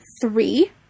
three